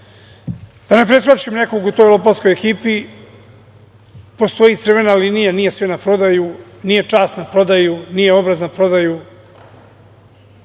da ne preskočim nekog u toj lopovskoj ekipi, postoji crvena linija, nije sve na prodaju, nije čast na prodaju, nije obraz na prodaju. Podrška